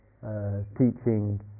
teaching